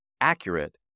accurate